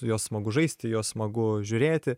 juos smagu žaisti juos smagu žiūrėti